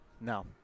no